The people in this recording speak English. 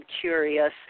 curious